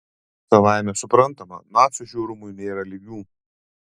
savaime suprantama nacių žiaurumui nėra lygių